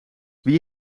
wie